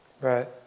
Right